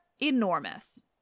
enormous